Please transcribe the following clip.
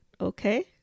Okay